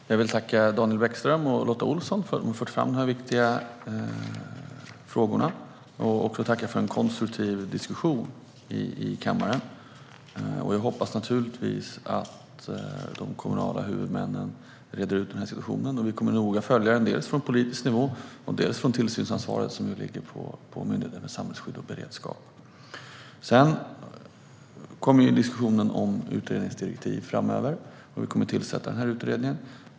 Herr talman! Jag vill tacka Daniel Bäckström och Lotta Olsson för att de har fört fram de här viktiga frågorna, och jag tackar för en konstruktiv diskussion i kammaren. Jag hoppas naturligtvis att de kommunala huvudmännen reder ut situationen, och vi kommer att följa den noga dels från politisk nivå, dels utifrån det tillsynsansvar som nu ligger på Myndigheten för samhällsskydd och beredskap. Diskussionen om utredningsdirektiv kommer framöver, och vi kommer att tillsätta utredningen.